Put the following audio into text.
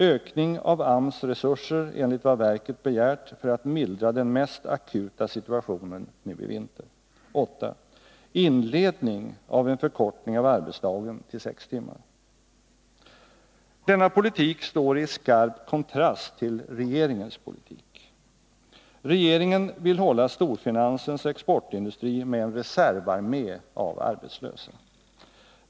Ökning av AMS resurser enligt vad verket begärt för att mildra den mest akuta situationen nu i vinter. Denna politik står i skarp kontrast till regeringens politik. Regeringen vill hålla storfinansens exportindustri med en reservarmé av arbetslösa.